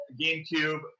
GameCube